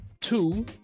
two